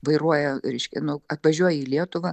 vairuoja reiškia nu atvažiuoja į lietuvą